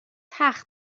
تخت